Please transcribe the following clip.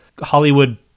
hollywood